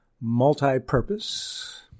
multi-purpose